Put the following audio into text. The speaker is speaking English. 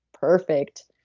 perfect.